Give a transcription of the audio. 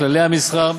כללי המסחר,